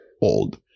old